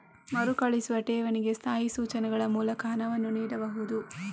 ಮರುಕಳಿಸುವ ಠೇವಣಿಗೆ ಸ್ಥಾಯಿ ಸೂಚನೆಗಳ ಮೂಲಕ ಹಣವನ್ನು ನೀಡಬಹುದು